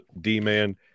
D-man